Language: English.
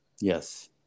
Yes